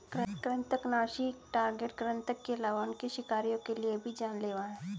कृन्तकनाशी टारगेट कृतंक के अलावा उनके शिकारियों के लिए भी जान लेवा हैं